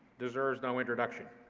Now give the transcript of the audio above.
deserves no introduction.